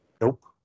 Nope